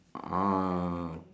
uh